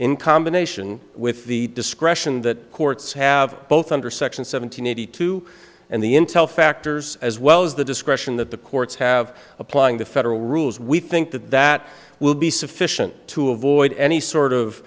in combination with the discretion that courts have both under section seven hundred eighty two and the intel factors as well as the discretion that the courts have applying the federal rules we think that that will be sufficient to avoid any sort